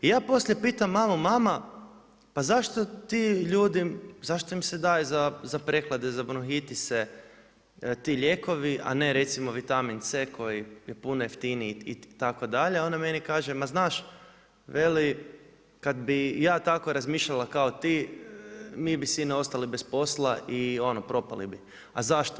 I ja poslije pitam mamu, mama pa zašto ti ljudi, zašto im se daje za prehlade, za bronhitise ti lijekovi, a ne recimo vitamin C koji je puno jeftiniji itd., ona meni kaže ma znaš, veli kad bi ja tako razmišljala kao ti, mi bi svi ostali bez posla i propali bi, zašto?